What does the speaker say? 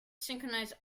synchronize